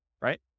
right